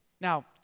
now